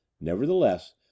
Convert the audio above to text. Nevertheless